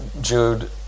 Jude